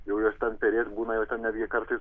jau jos ten perėt būna netgi kartais